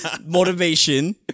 motivation